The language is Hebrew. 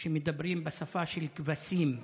שמדברים בשפה של כבשים במליאה,